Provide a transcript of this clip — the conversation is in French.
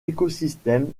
écosystèmes